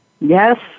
Yes